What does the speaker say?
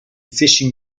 fishing